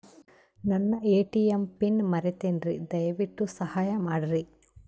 ನನ್ನ ATM PIN ಮರೆತೇನ್ರೀ, ದಯವಿಟ್ಟು ಸಹಾಯ ಮಾಡ್ರಿ